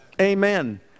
Amen